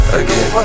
again